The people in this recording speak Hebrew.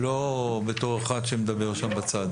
לא כמי שמדבר שם בצד.